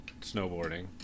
snowboarding